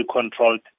controlled